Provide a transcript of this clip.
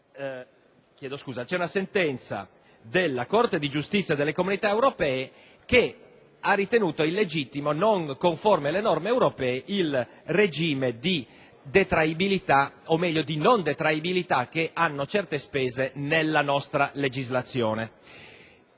una sentenza della Corte di giustizia delle Comunità europee che ha ritenuto illegittimo e non conforme alle norme europee il regime di non detraibilità a cui sono sottoposte certe spese nella nostra legislazione.